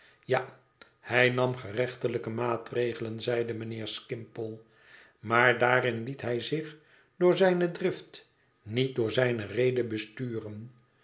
ja hij nam gerechtelijke maatregelen zeide mijnheer skimpole maar daarin liet hij zich door zijne drift niet door zijne rede besturen